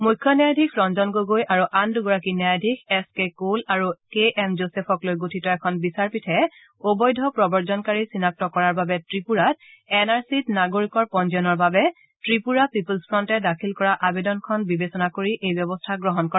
মুখ্য ন্যায়াধীশ ৰঞ্জন গগৈ আৰু আন দুগৰাকী ন্যায়াধীশ এছ কে কৌল আৰু কে এম জোচেফক লৈ গঠিত এখন বিচাৰপীঠে অবৈধ প্ৰৱজনকাৰী চিনাক্ত কৰাৰ বাবে ত্ৰিপুৰাত এন আৰ চিত নাগৰিকৰ পঞ্জীয়নৰ বাবে ত্ৰিপুৰা পিপুল্ছ ফ্ৰণ্টে দাখিল কৰা আবেদনখন বিবেচনা কৰি এই ব্যৱস্থা গ্ৰহণ কৰে